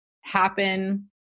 happen